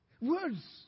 Words